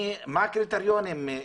מה הקריטריונים,